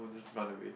won't just run away